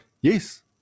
Yes